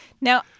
Now